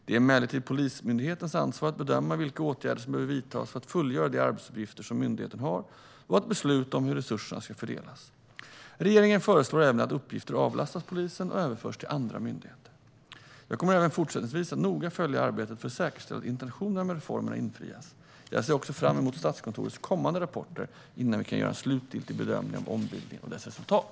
Det är emellertid Polismyndighetens ansvar att bedöma vilka åtgärder som behöver vidtas för att fullgöra de arbetsuppgifter som myndigheten har och att besluta om hur resurserna ska fördelas. Regeringen föreslår även att uppgifter avlastas polisen och överförs till andra myndigheter. Jag kommer även fortsättningsvis att noga följa arbetet för att säkerställa att intentionerna med reformen infrias. Jag ser också fram emot Statskontorets kommande rapporter innan vi kan göra en slutlig bedömning av ombildningen och dess resultat.